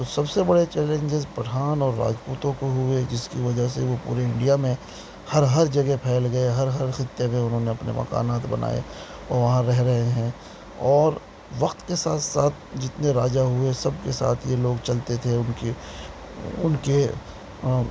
تو سب سے بڑے چیلنجز پٹھان اور راجپوتوں کو ہوئے جس کی وجہ سے وہ پورے انڈیا میں ہر ہر جگہ پھیل گئے ہر ہر خطے میں انہوں نے اپنے مکانات بنائے اور وہاں رہ رہے ہیں اور وقت کے ساتھ ساتھ جتنے راجا ہوئے سب کے ساتھ یہ لوگ چلتے تھے ان کے ان کے